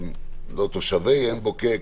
ולעובדים בעין בוקק